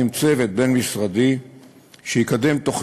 במסגרות השירות תוך